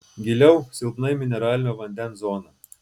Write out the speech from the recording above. giliau silpnai mineralinio vandens zona